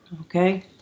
Okay